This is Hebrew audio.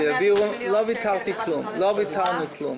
לא ויתרנו על כלום.